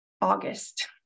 August